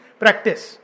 practice